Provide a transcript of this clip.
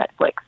Netflix